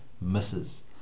misses